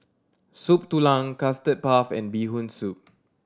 Soup Tulang Custard Puff and Bee Hoon Soup